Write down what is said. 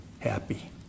happy